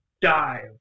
dive